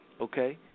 okay